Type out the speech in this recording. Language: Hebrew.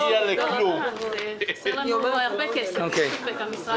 הרבה כסף חסר למשרד.